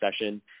session